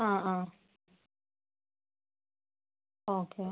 ആ ആ ഓക്കെ